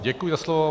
Děkuji za slovo.